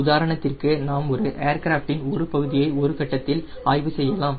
உதாரணத்திற்கு நாம் ஒரு ஏர்கிராஃப்டின் ஒரு பகுதியை ஒருகட்டத்தில் ஆய்வு செய்யலாம்